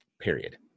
Period